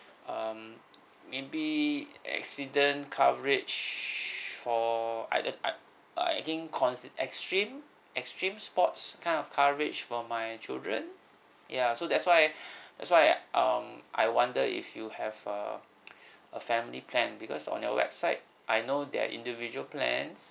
um maybe accident coverage for I I uh I I think consi~ extreme extreme sports kind of coverage for my children ya so that's why that's why um I wonder if you have a a family plan because on your website I know there individual plans